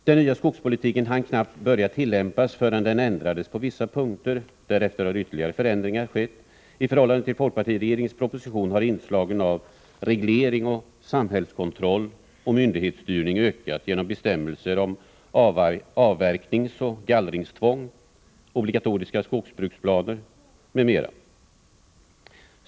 Den nya skogspolitiken hann knappt börja tillämpas förrän den ändrades på vissa punkter. Därefter har ytterligare förändringar skett. I förhållande till folkpartiregeringens proposition har inslagen av reglering, samhällskontroll och myndighetsstyrning ökat genom bestämmelser om avverknings och gallringstvång , obligatoriska skogsbruksplaner m.m.